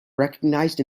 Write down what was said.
recognized